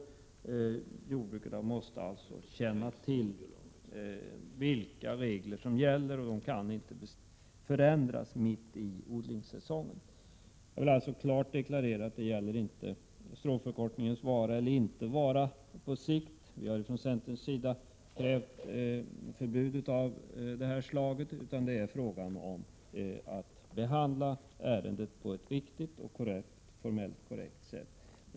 Jordbrukarna måste alltså känna till vilka regler som gäller. Dessa regler får inte förändras mitt i odlingssäsongen. Jag vill klart deklarera att det inte gäller stråförkortningsmedlens vara eller inte vara på sikt. Vi från centern har ju krävt förbud. Det handlar om att behandla ärendet på ett rätt och formellt korrekt sätt.